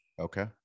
Okay